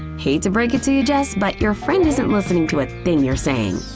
hate to break it to you jess, but your friend isn't listening to a thing you're saying.